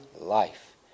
life